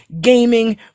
gaming